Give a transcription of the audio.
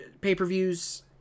pay-per-views